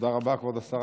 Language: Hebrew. תודה רבה, כבוד השרה.